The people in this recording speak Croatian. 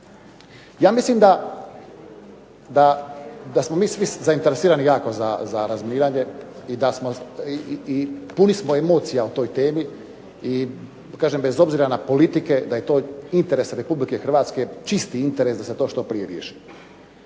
Ja mislim da smo mi svi zainteresirani jako za razminiranje i puni smo emocija o toj temi i kažem bez obzira na politike da je to interes Republike Hrvatske čisti interes da se to što prije riješi.